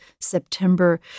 September